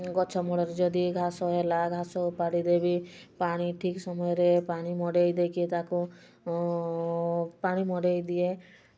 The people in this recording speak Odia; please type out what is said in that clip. ଗଛ ମୂଳରେ ଯଦି ଘାସ ହେଲା ଘାସ ଉପାଡ଼ି ଦେବି ପାଣି ଠିକ୍ ସମୟରେ ପାଣି ମଡ଼ାଇ ଦେଇକି ତାକୁ ପାଣି ମଡ଼ାଇ ଦିଏ